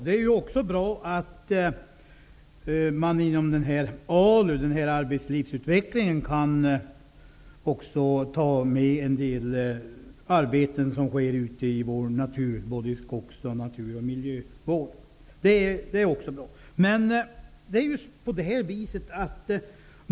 Det är ockå bra att man inom arbetslivsutvecklingen, ALU, även kan ta med en del arbeten som utförs ute i vår natur i såväl skogs-, natur och miljövård.